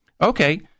Okay